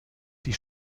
die